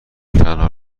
تنها